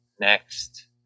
next